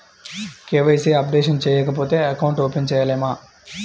KYC updation చేయకపోతే account open చేయలేమా?